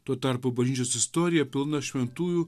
tuo tarpu bažnyčios istorija pilna šventųjų